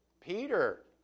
Peter